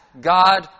God